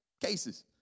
cases